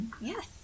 Yes